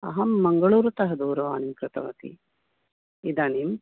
अहं मंगलूरुतः दूरवाणीं कृतवती इदानीं